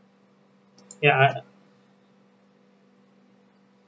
ya I